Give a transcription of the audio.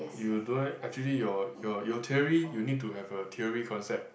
you actually your your your theory you need to have a theory concept